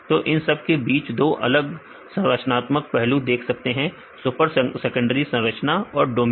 तो इन सब के बीच दो अलग संरचनात्मक पहलू देख सकते हैं सुपर सेकेंडरी संरचना और डोमेन